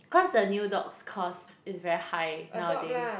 cause a new dog's cost is very high nowadays